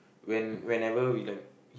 when whenever we like